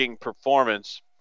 performance